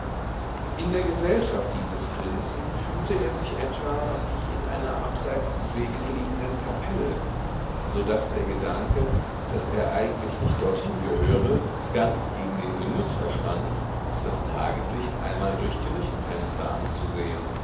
in der gesellschaft dieses prinzen fühlte er sich etwa wie in einer abseits des weges liegenden kapelle so daß der gedanke daß er eigentlich nicht dorthin gehöre ganz gegen den genuß verschwand das tageslicht einmal durch kirchenfenster anzusehen